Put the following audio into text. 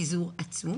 פיזור עצום,